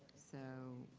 so